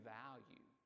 value